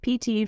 PT